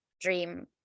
dream